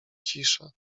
cisza